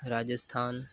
Rajasthan